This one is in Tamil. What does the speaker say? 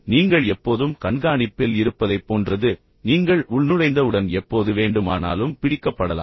நீங்கள் எப்போதும் கண்காணிப்பில் இருப்பதைப் போன்றது நீங்கள் உள்நுழைந்தவுடன் நீங்கள் எப்போது வேண்டுமானாலும் எங்கும் பிடிக்கப்படலாம்